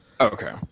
Okay